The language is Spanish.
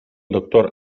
doctor